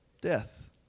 death